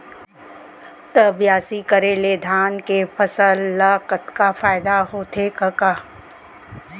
त बियासी करे ले धान के फसल ल कतका फायदा होथे कका?